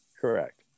Correct